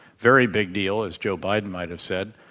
very big deal, as joe biden might have said.